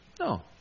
No